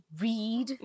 read